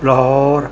Lahore